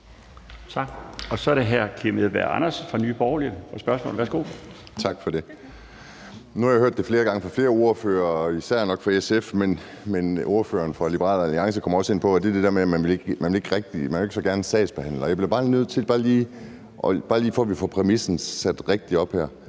Tak. Så er det hr. Kim Edberg Andersen fra Nye Borgerlige med et spørgsmål. Værsgo. Kl. 11:53 Kim Edberg Andersen (NB): Tak for det. Nu har jeg hørt det flere gange fra flere ordførere, især nok fra SF, men ordføreren for Liberal Alliance kom også ind på det. Det er det der med, at man ikke så gerne vil sagsbehandle. Jeg bliver bare nødt til at sige, for at vi bare lige får præmissen sat rigtigt op her,